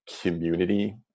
community